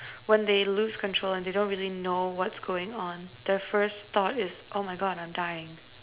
when they lose control and they don't really know what's going on their first thought is oh my god I'm dying